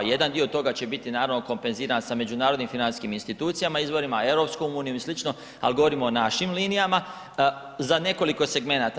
Jedan dio toga će biti naravno kompenziran sa međunarodnim financijskim institucijama, izvorima, EU-om i slično, al govorimo o našim linijama za nekoliko segmenata.